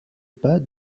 pas